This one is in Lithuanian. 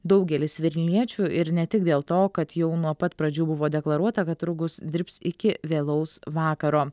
daugelis vilniečių ir ne tik dėl to kad jau nuo pat pradžių buvo deklaruota kad turgus dirbs iki vėlaus vakaro